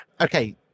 Okay